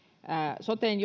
soten